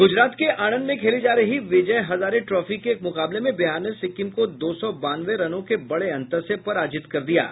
गुजरात के आणंद में खेली जा रही विजय हजारे ट्रॉफी के एक मुकाबले में बिहार ने सिक्किम को दो सौ बानवे रनों के बड़े अन्तर से पराजित किया है